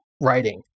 writing